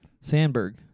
Sandberg